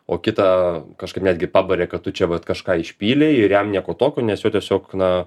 o kitą kažkaip netgi pabarė kad tu čia vat kažką išpylei ir jam nieko tokio nes jo tiesiog na